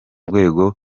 rwego